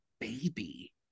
baby